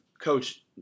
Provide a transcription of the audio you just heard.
Coach